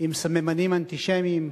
עם סממנים אנטישמיים.